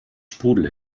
sprudel